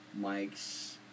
mics